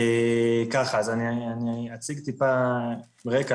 אני אציג טיפה רקע,